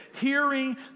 hearing